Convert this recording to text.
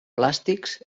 plàstics